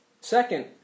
Second